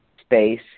space